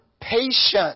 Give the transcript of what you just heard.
patience